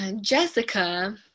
Jessica